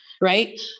right